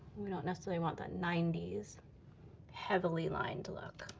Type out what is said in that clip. we don't necessarily want that ninety s heavily-lined look.